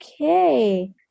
okay